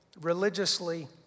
religiously